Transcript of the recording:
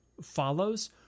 follows